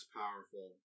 powerful